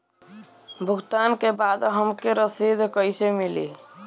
भुगतान के बाद हमके रसीद कईसे मिली?